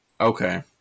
Okay